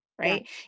right